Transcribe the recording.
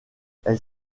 elle